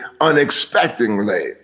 unexpectedly